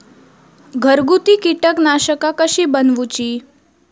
घरगुती कीटकनाशका कशी बनवूची?